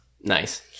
Nice